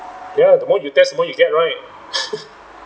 ya the more you test the more you get right